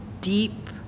deep